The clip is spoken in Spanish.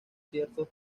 ciertos